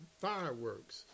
fireworks